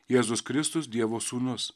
jėzus kristus dievo sūnus